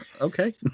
Okay